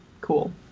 cool